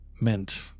meant